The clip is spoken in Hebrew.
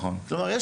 כלומר,